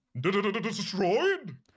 destroyed